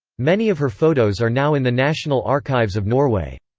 many of her photos are now in the national archives of norway.